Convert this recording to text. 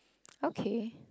okay